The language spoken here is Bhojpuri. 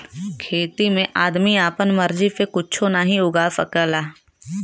खेती में आदमी आपन मर्जी से कुच्छो नाहीं उगा सकला